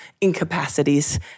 incapacities